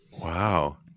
Wow